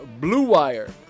BLUEWIRE